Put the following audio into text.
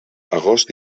agost